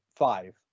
five